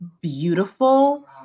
beautiful